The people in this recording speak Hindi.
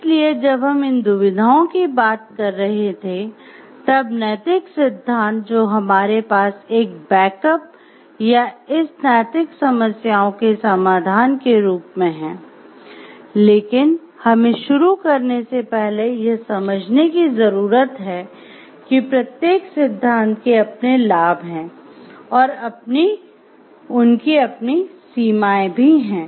इसलिए जब हम इन दुविधाओं की बात कर रहे थे तब नैतिक सिद्धांत जो हमारे पास एक बैकअप या इस नैतिक समस्याओं के समाधान के रूप में हैं लेकिन हमें शुरू करने से पहले यह समझने की जरूरत है कि प्रत्येक सिद्धांत के अपने लाभ है और उनकी अपनी सीमाएं भी हैं